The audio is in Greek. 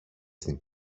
στην